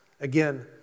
Again